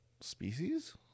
species